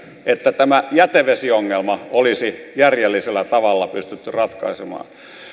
että tämä jätevesiongelma olisi järjellisellä tavalla pystytty ratkaisemaan